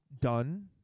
done